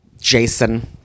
Jason